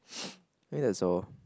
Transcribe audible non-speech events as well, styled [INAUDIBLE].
[NOISE] I think that's all